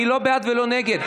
אני לא בעד ולא נגד.